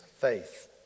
faith